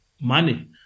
money